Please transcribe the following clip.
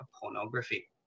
pornography